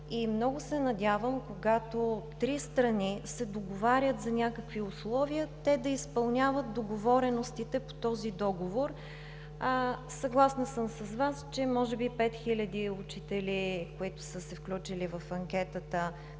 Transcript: И много се надявам, когато три страни се договарят за някакви условия, те да изпълняват договореностите по този договор. Съгласна съм с Вас, че може би пет хиляди учители, които са се включили в анкетата,